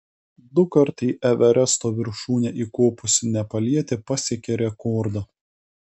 dukart į everesto viršūnę įkopusi nepalietė pasiekė rekordą